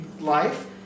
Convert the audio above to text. life